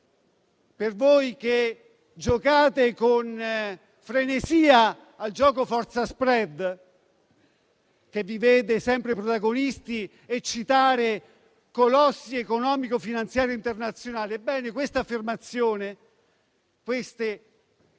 per voi che giocate con frenesia al gioco "forza *spread*", che vi vede sempre protagonisti e citare i colossi economico-finanziari internazionali, ebbene quest'affermazione, queste citazioni,